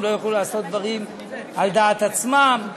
הם לא יוכלו לעשות דברים על דעת עצמם.